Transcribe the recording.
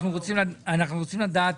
אנחנו רוצים לדעת